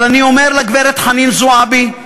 אבל אני אומר לגברת חנין זועבי,